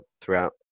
throughout